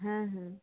হ্যাঁ হ্যাঁ